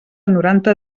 noranta